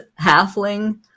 halfling